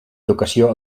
educació